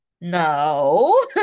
no